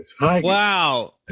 Wow